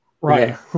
Right